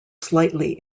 slightly